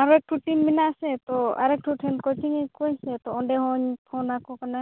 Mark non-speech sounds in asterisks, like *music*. ᱟᱞᱮ *unintelligible* ᱥᱮ ᱛᱚ *unintelligible* ᱠᱳᱪᱤᱝ ᱮᱜ ᱠᱚᱣᱟᱧ ᱥᱮ ᱛᱚ ᱚᱸᱰᱮ ᱦᱚᱸᱧ ᱯᱷᱳᱱ ᱟᱠᱚ ᱠᱟᱱᱟ